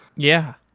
yeah.